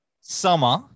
Summer